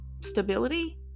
stability